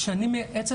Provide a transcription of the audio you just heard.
כשאני מייעצת,